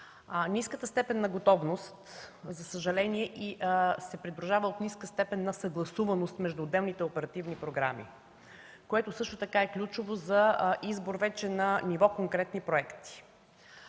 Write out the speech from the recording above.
Ниската степен на готовност, за съжаление, се придружава от ниска степен на съгласуваност между отделните оперативни програми, което също така е ключово за избор вече на ниво конкретни проекти.